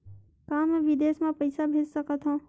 का मैं विदेश म पईसा भेज सकत हव?